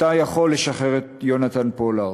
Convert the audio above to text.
אתה יכול לשחרר את יונתן פולארד.